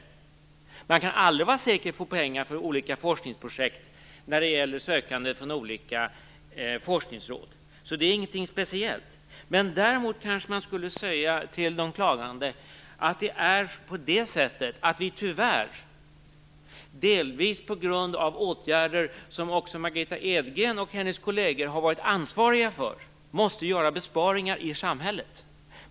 Man kan aldrig vara säker på att få pengar för olika forskningsprojekt när det gäller sökande från olika forskningsråd. Det är ingenting speciellt. Däremot kanske man skulle säga till de klagande att vi tyvärr, delvis på grund av åtgärder som också Margitta Edgren och hennes kolleger har varit ansvariga för, måste göra besparingar i samhället.